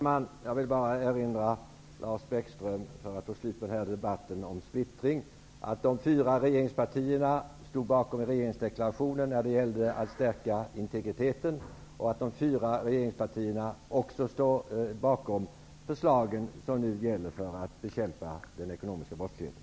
Herr talman! Jag vill bara för att få slut på debatten om splittring erinra Lars Bäckström om att de fyra regeringspartierna stod bakom regeringsdeklarationen när det gällde att stärka integriteten, och att de fyra regeringspartierna också står bakom de förslag som nu gäller för att bekämpa den ekonomiska brottsligheten.